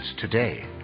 today